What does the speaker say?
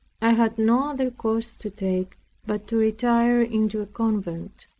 i had no other course to take but to retire into a convent.